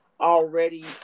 already